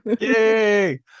Yay